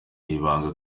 ibanga